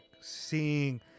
seeing